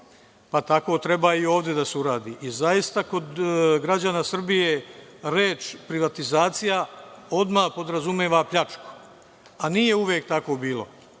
pa tako treba i ovde da se uradi. Kod građana Srbije reč „privatizacija“ odmah podrazumeva pljačku, a nije uvek tako bilo.